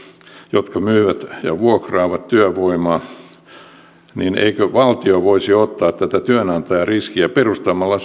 jotka myyvät ja vuokraavat työvoimaa niin eikö valtio voisi ottaa tätä työnantajan riskiä perustamalla